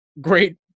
great